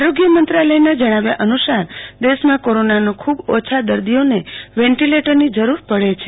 આરોગ્ય મંત્રાલયના જણાવ્યા અનુસાર દેશમાં કોરોનાના ખૂબ ઓછા દર્દીઓને વેન્ટીલેટરની જરૂર પડી છે